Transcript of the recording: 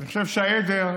אני חושב שהעדר,